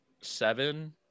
Seven